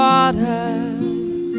Waters